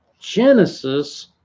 genesis